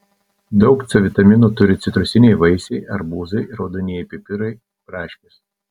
daug c vitamino turi citrusiniai vaisiai arbūzai raudonieji pipirai braškės